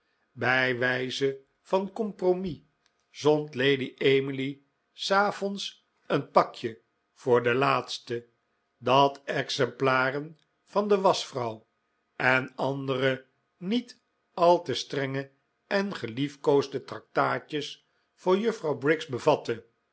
bij wijze van compromis zond lady emily s avonds een pakje voor de laatste dat exemplaren van de waschvrouw en andere niet al te strenge en gelief koosde tractaatjes voor juffrouw briggs